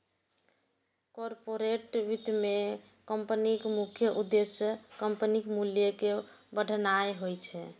corporate वित्त मे कंपनीक मुख्य उद्देश्य कंपनीक मूल्य कें बढ़ेनाय होइ छै